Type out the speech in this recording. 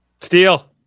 Steal